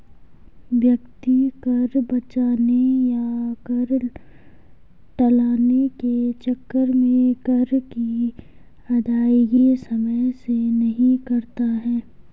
व्यक्ति कर बचाने या कर टालने के चक्कर में कर की अदायगी समय से नहीं करता है